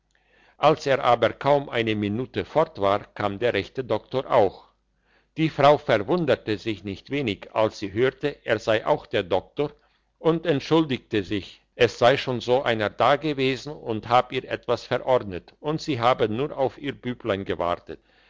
als er aber kaum eine minute fort war kam der rechte doktor auch die frau verwunderte sich nicht wenig als sie hörte er sei auch der doktor und entschuldigte sich es sei schon so einer dagewesen und hab ihr etwas verordnet und sie habe nur auf ihr büblein gewartet